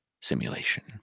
simulation